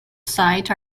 site